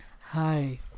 Hi